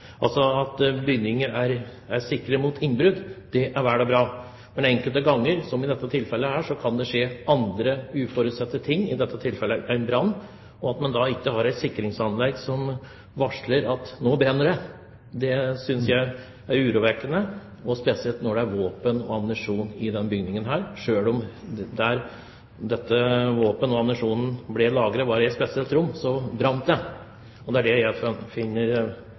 At bygninger er sikre mot innbrudd, er vel og bra, men enkelte ganger kan det skje andre uforutsette ting – som i dette tilfellet en brann. At man da ikke har et sikringsanlegg som varsler at nå brenner det, synes jeg er urovekkende, spesielt når det er våpen og ammunisjon i den bygningen. Selv om våpnene og ammunisjonen ble lagret i et spesielt rom, så brant det. Det er det jeg finner veldig beklagelig. Så jeg ønsker at